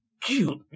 cute